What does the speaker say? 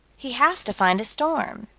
he has to find a storm.